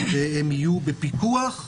יהיו בפיקוח.